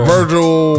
Virgil